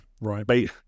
Right